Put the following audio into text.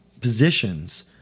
positions